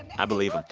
i believe ah